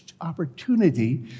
opportunity